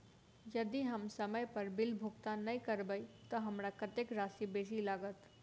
यदि हम समय पर बिल भुगतान नै करबै तऽ हमरा कत्तेक राशि बेसी लागत?